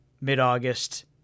mid-August